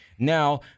Now